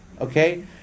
Okay